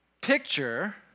Picture